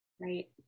right